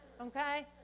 Okay